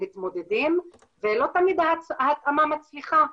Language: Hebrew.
שמתמודדים ולא תמיד ההתאמה מצליחה.